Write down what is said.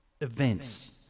events